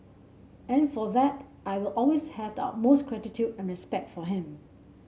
and for that I will always have the utmost gratitude and respect for him